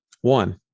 One